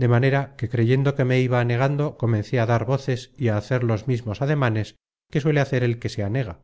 de tal manera que creyendo que me iba anegando comencé a dar voces y á hacer los mismos ademanes que suele hacer el que se anega